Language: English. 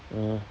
orh